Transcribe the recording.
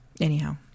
anyhow